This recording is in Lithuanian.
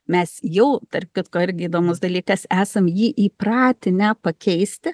mes jau tarp kitko irgi įdomus dalykas esam jį įpratinę pakeisti